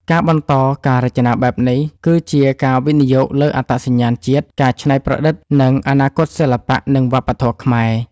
ការបន្តការរចនាបែបនេះ គឺជាការវិនិយោគលើអត្តសញ្ញាណជាតិ ការច្នៃប្រឌិត និងអនាគតសិល្បៈ និងវប្បធម៌ខ្មែរ។